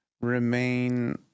remain